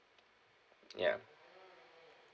ya